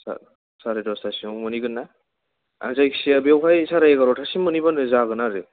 सा साराय दसथासोआव मोनहैगोन ना आं जायखिजाया बेवहाय साराय एघारथासिम मोनहैब्लानो जागोन आरो